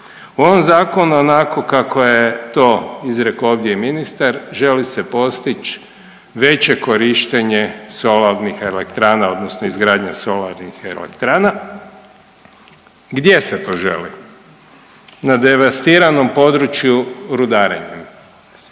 U ovom zakonu onako kako je to izrekao ovdje i ministar želi se postići veće korištenje solarnih elektrana odnosno izgradnja solarnih elektrana. Gdje se to želi? Na devastiranom području rudarenjem.